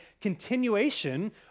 continuation